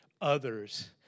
others